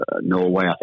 Norway